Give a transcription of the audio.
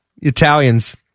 Italians